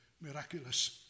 miraculous